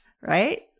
right